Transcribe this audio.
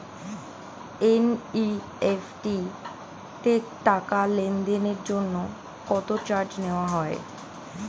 NEFT তে টাকা লেনদেনের জন্য কত চার্জ নেয়া হয়?